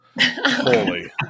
Holy